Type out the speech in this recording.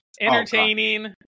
Entertaining